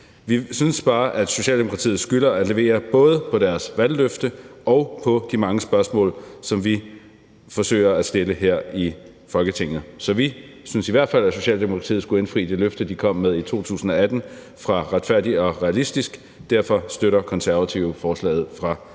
Vi synes bare, at Socialdemokratiet skylder at levere både på deres valgløfte og på de mange spørgsmål, som vi forsøger at stille her i Folketinget. Så vi synes i hvert fald, at Socialdemokratiet skulle indfri det løfte, som de kom med i 2018 i »Retfærdig og realistisk – en udlændingepolitik, der samler Danmark«.